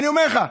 אני אומר לך,